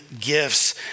gifts